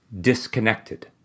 disconnected